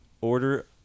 order